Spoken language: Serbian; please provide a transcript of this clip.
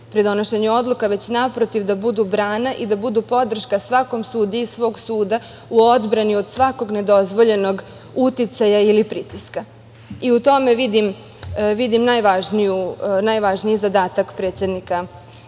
pri donošenju odluka, već naprotiv da budu brana, da budu podrška svakom sudiji svog suda u odbrani od svakog nedozvoljenog uticaja ili pritiska.U tome vidim najvažniji zadatak predsednika